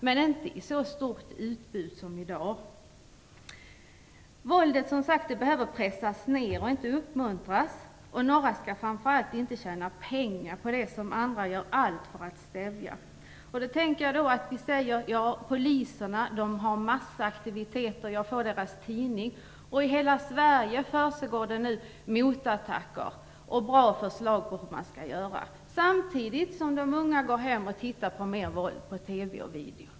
Men det har tidigare inte förekommit ett så stort utbud som i dag. Våldet behöver pressas ned och inte uppmuntras. Framför allt skall inte några tjäna pengar på det som andra gör allt för att stävja. Man kan då möta argumentet att poliserna genomför massaktiviteter, vilket jag kan läsa om i deras tidning, och att det i hela Sverige nu pågår motattacker och framförs bra förslag till hur vi skall förfara. Men samtidigt kan de unga gå hem och titta på mer våld på TV och video.